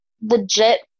legit